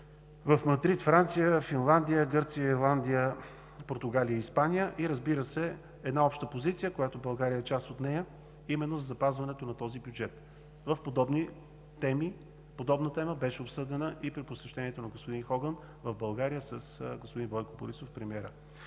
в Мадрид Франция, Финландия, Гърция, Ирландия, Португалия и Испания, и една Обща позиция, България е част от нея, именно за запазването на този бюджет. Подобна тема беше обсъдена и при посещението на господин Хоган в България с господин Бойко Борисов – премиера